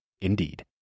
Indeed